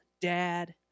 dad